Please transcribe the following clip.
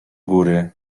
góry